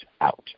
out